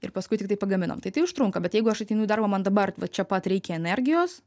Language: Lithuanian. ir paskui tiktai pagaminam tai tai užtrunka bet jeigu aš ateinu į darbą man dabar vat čia pat reikia energijos